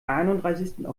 einunddreißigsten